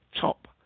Top